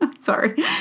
Sorry